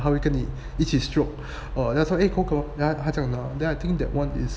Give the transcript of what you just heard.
他会跟你一起 stroke or 他会是口渴 err 他他这样的 then I think that one is